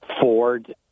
Ford